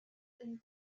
and